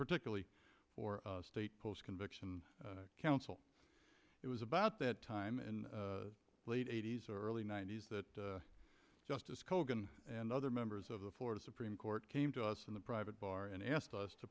particularly for state post conviction counsel it was about that time in the late eighty's early ninety's that justice kogan and other members of the florida supreme court came to us from the private bar and asked us to